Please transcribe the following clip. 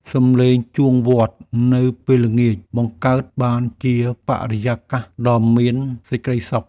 សំឡេងជួងវត្តនៅពេលល្ងាច បង្កើតបានជាបរិយាកាសដ៏មានសេចក្តីសុខ។